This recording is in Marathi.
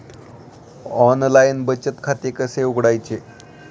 ऑनलाइन बचत खाते कसे उघडायचे?